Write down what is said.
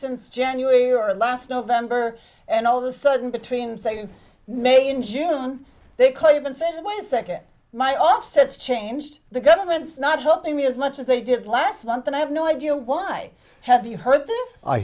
since january or last november and all of a sudden between saying maybe in june they could have been saying wait a second my offsets changed the government's not helping me as much as they did last month and i have no idea why have you heard th